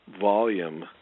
volume